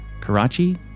Karachi